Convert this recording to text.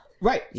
Right